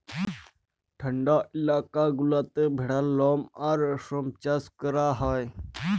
ঠাল্ডা ইলাকা গুলাতে ভেড়ার লম আর রেশম চাষ ক্যরা হ্যয়